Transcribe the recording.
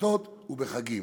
בשבתות ובחגים,